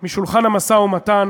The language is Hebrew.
משולחן המשא-ומתן